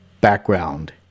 background